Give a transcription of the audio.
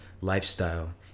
lifestyle